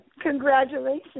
Congratulations